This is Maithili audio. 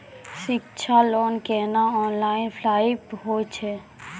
शिक्षा लोन केना ऑनलाइन अप्लाय होय छै?